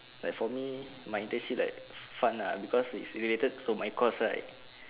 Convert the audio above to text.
like for me my internship like fun lah because it's related to my course right